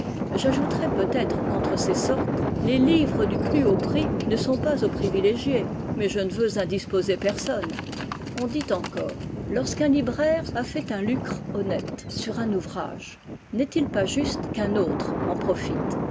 j'ajouterai peut-être qu'entre ces sortes les livres du plus haut prix ne sont pas aux privilégiés mais je ne veux indisposer personne on dit encore lorsqu'un libraire a fait un lucre honnête sur un ouvrage n'est-il pas juste qu'un autre en profite